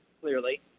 clearly